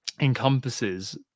encompasses